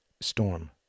storm